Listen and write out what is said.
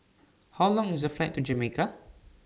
How Long IS The Flight to Jamaica